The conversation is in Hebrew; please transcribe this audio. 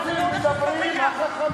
נסדר לך סקרים.